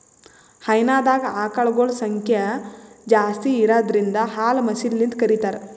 ಹೈನಾದಾಗ್ ಆಕಳಗೊಳ್ ಸಂಖ್ಯಾ ಜಾಸ್ತಿ ಇರದ್ರಿನ್ದ ಹಾಲ್ ಮಷಿನ್ಲಿಂತ್ ಕರಿತಾರ್